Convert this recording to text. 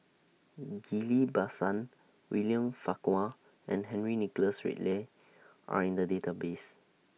Ghillie BaSan William Farquhar and Henry Nicholas Ridley Are in The Database